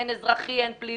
הן אזרחי הן פלילי,